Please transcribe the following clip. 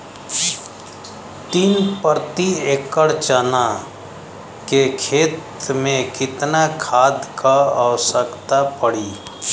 तीन प्रति एकड़ चना के खेत मे कितना खाद क आवश्यकता पड़ी?